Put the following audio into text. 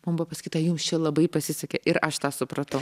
mum buvo pasakyta jums čia labai pasisekė ir aš tą supratau